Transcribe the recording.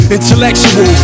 Intellectual